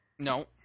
No